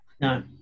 No